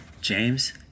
James